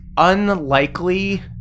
Unlikely